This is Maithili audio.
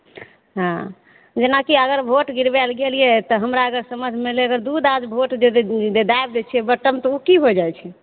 हाँ जेनाकि अगर वोट गिरबय लए गेलियै तऽ हमरा अगर समझमे एलै तऽ दू दाद वोट दे दाबि दै छियै बटन तऽ उ की हो जाइ छै